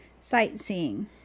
sightseeing